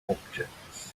objects